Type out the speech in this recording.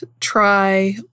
try